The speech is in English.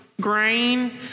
grain